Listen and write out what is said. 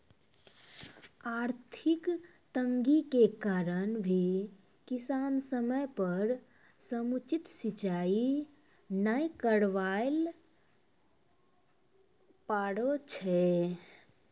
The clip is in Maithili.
आर्थिक तंगी के कारण भी किसान समय पर समुचित सिंचाई नाय करवाय ल पारै छै